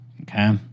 Okay